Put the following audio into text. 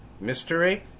mystery